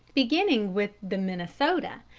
beginning with the minnesota,